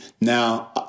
Now